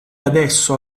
adesso